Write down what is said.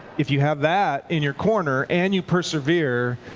if you have that in your corner, and you persevere,